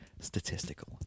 Statistical